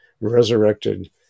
resurrected